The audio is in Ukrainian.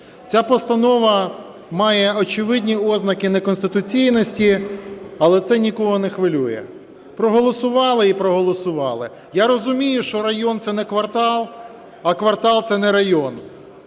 Ця постанова має очевидні ознаки неконституційності, але це нікого не хвилює. Проголосували - і проголосували. Я розумію, що район – це не квартал, а квартал – це не район.